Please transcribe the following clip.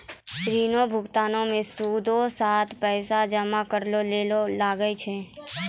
ऋण भुगतानो मे सूदो साथे पैसो जमा करै ल लागै छै